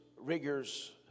rigors